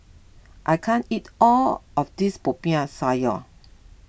I can't eat all of this Popiah Sayur